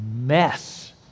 mess